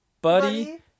Buddy